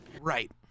Right